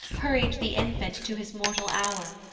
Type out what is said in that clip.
hurried the infant to his mortal hour.